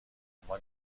اما